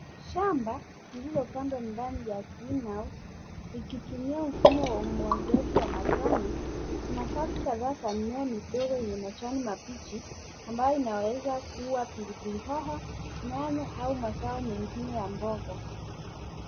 Shamba lililopandwa ndani ya green house , likitumia mfumo wa umwagiliaji wa matone. Kuna safu kadhaa za mimea midogo yenye majani mabichi ambayo inaweza kuwa pilipili hoho, nyanya au mazao mengine ya mboga.